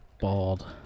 Bald